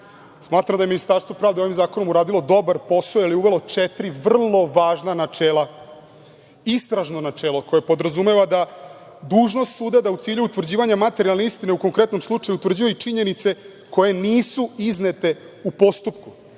da je Ministarstvo pravde ovim zakonom uradilo dobar posao, jer je uvelo četiri vrlo važna načela. Istražno načelo, koje podrazumeva da je dužnost suda da u cilju utvrđivanja materijalne istine u konkretnom slučaju utvrđuje i činjenice koje nisu iznete u postupku